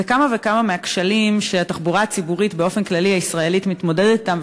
בכמה וכמה מהכשלים שהתחבורה הציבורית הישראלית באופן כללי מתמודדת אתם,